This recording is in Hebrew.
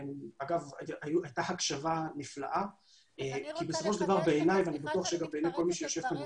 אני מדבר בסדר גודל שמתוך החיילים שפונים אלינו כל שנה